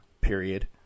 period